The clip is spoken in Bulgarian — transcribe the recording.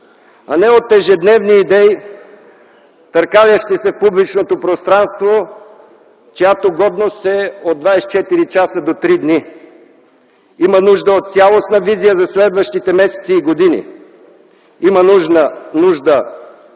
а не от ежедневни идеи, търкалящи се в публичното пространство, чиято годност е от 24 часа до три дни. Има нужда от цялостна визия за следващите месеци и години, има нужда